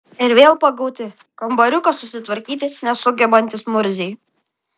ir vėl pagauti kambariuko susitvarkyti nesugebantys murziai